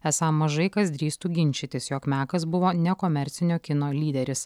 esą mažai kas drįstų ginčytis jog mekas buvo nekomercinio kino lyderis